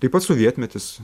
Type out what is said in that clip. taip pat sovietmetis